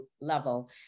level